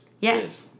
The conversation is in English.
Yes